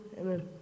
Amen